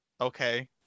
okay